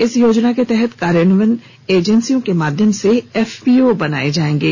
इस योजना के तहत कार्यान्वयन एजेंसियों के माध्यम से एफपीओ बनाये जायेंगे